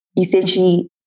essentially